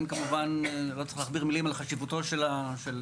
כמובן לא צריך להכביר מילים על חשיבותו של המשרד